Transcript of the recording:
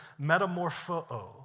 metamorpho